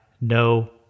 no